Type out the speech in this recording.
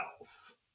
else